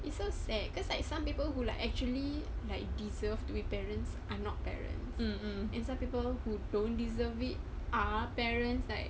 it's so sad cause like some people who like actually like deserve to be parents are not parents and some people who don't deserve it ah parents like